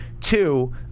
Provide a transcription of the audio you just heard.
Two